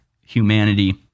humanity